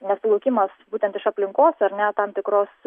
nesuvokimas būtent iš aplinkos ar ne tam tikros